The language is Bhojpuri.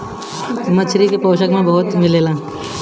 मछरी में पोषक बहुते मिलेला